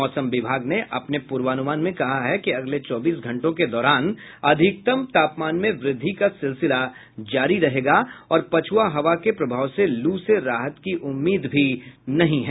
मौसम विभाग ने अपने पूर्वानुमान में कहा है कि अगले चौबीस घंटों के दौरान अधिकतम तापमान में वृद्धि का सिलसिला जारी रहेगा और पछ्आ हवा के प्रभाव से लू से राहत की उम्मीद भी फिलहाल नहीं है